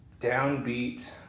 downbeat